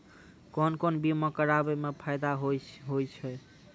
कोन कोन बीमा कराबै मे फायदा होय होय छै?